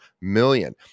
million